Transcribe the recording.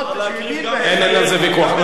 אין על זה ויכוח.